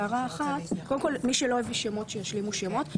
רגע, קודם כול מי שלא הביא שמות, שישלימו שמות.